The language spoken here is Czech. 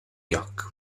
jak